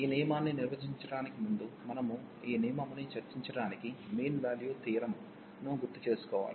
ఈ నియమాన్ని నిర్వచించటానికి ముందు మనము ఈ నియమముని చర్చించడానికి మీన్ వాల్యూ థియోరమ్స్ను గుర్తుచేసుకోవాలి